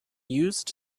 used